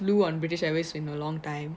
flew on british airways in a long time